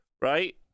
right